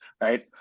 right